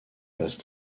passe